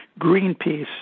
greenpeace